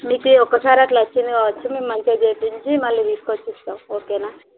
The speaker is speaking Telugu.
మీకు ఒక్కసారి అలా వచ్చింది కావచ్చు మేము మంచిగా చేయించి మళ్ళీ తీసుకు వచ్చి ఇస్తాము ఓకేనా